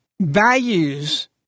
values